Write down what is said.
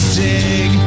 dig